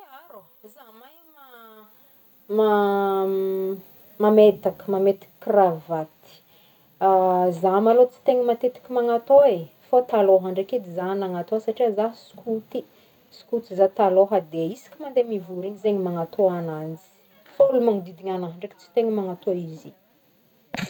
Ya rô, za mahay ma- ma- mametaky- mametaky kravaty, za malô tsy tegna matetiky manatô e, fô taloha ndraiky za nanatô satria za skoty, skoty za talôha de isaky mande mivory igny za de magnatô ananjy, fô olo manodidigna agnahy ndraiky tsy tegna manatô izy i.